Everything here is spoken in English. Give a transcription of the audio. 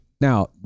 Now